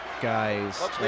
guys